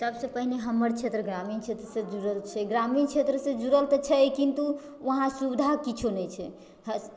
सभसँ पहिने हमर क्षेत्र ग्रामीण क्षेत्रसँ जुड़ल छै ग्रामीण क्षेत्रसँ जुड़ल तऽ छै किन्तु वहाँ सुविधा किछु नहि छै